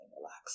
relax